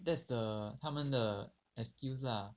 that that's the 他们 the excuse lah